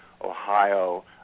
Ohio